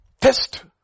Test